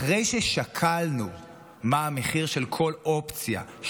אחרי ששקלנו מה המחיר של כל אופציה,